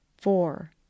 four